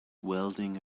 welding